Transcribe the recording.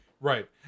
Right